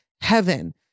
heaven